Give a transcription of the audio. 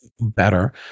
better